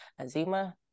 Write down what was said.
azima